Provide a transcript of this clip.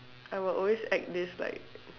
I will always act this like